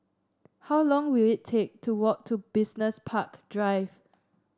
how long will it take to walk to Business Park Drive